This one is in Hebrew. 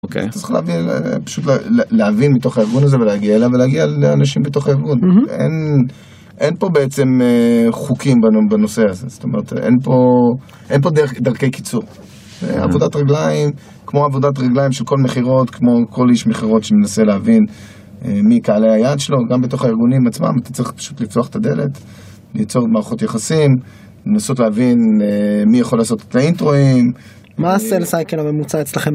אוקיי. אתה צריך להבין, פשוט להבין מתוך הארגון הזה ולהגיע אליו, ולהגיע לאנשים בתוך הארגון. אין פה בעצם חוקים בנושא הזה, זאת אומרת, אין פה דרכי קיצור. עבודת רגליים, כמו עבודת רגליים של כל מכירות, כמו כל איש מכירות שמנסה להבין מי קהלי היעד שלו, גם בתוך הארגונים עצמם, אתה צריך פשוט לפתוח את הדלת, ליצור מערכות יחסים, לנסות להבין מי יכול לעשות את האינטרואים. מה הסל סייקל הממוצע אצלכם?